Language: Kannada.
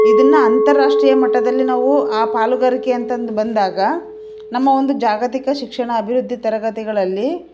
ಇದನ್ನು ಅಂತರಾಷ್ಟ್ರೀಯ ಮಟ್ಟದಲ್ಲಿ ನಾವು ಆ ಪಾಲುಗಾರಿಕೆ ಅಂತಂದು ಬಂದಾಗ ನಮ್ಮ ಒಂದು ಜಾಗತಿಕ ಶಿಕ್ಷಣ ಅಭಿವೃದ್ದಿ ತರಗತಿಗಳಲ್ಲಿ